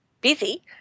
busy